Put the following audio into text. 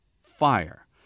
fire